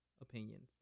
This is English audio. opinions